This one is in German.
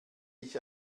ich